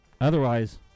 Otherwise